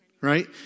right